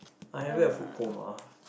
I'm having a food coma